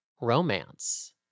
romance